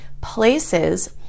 places